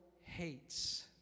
hates